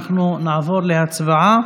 אנחנו נעבור להצבעה